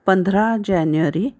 पंधरा जानेवारी